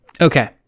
Okay